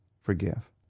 Forgive